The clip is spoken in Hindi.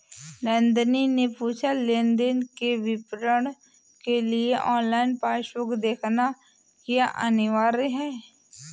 नंदनी ने पूछा की लेन देन के विवरण के लिए ऑनलाइन पासबुक देखना क्या अनिवार्य है?